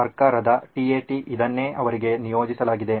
ಸರ್ಕಾರದ ಟಿಎಟಿ ಇದನ್ನೇ ಅವರಿಗೆ ನಿಯೋಜಿಸಲಾಗಿದೆ